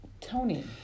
Tony